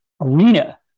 arena